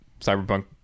Cyberpunk